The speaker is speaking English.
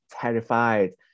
terrified